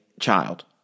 child